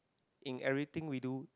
in everything we do